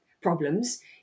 problems